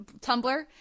Tumblr